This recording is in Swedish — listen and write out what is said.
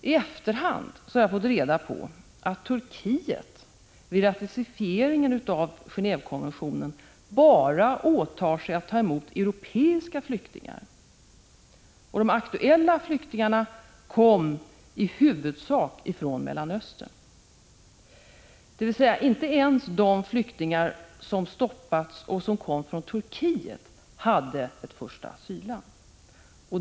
I efterhand har jag fått reda på att Turkiet vid ratificeringen av Gen&vekonventionen bara åtagit sig att ta emot europeiska flyktingar. De aktuella flyktingarna kom i huvudsak från Mellanöstern. Inte ens de flyktingar som stoppats och som kom från Turkiet hade således ett första asylland.